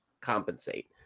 compensate